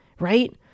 right